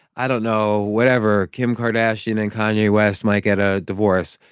i don't know. whatever, kim kardashian and kanye west might get a divorce,